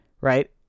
right